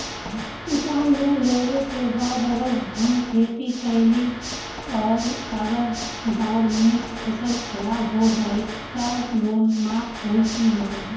किसान लोन लेबे के बाद अगर हम खेती कैलि अउर अगर बाढ़ मे फसल खराब हो जाई त लोन माफ होई कि न?